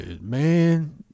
man